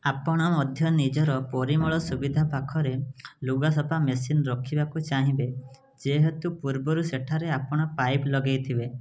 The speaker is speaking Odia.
ଆପଣ ମଧ୍ୟ ନିଜର ପରିମଳ ସୁବିଧା ପାଖରେ ଲୁଗା ସଫା ମେସିନ୍ ରଖିବାକୁ ଚାହିଁବେ ଯେହେତୁ ପୂର୍ବରୁ ସେଠାରେ ଆପଣ ପାଇପ୍ ଲଗାଇଥିବେ